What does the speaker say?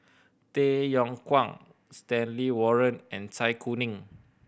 Tay Yong Kwang Stanley Warren and Zai Kuning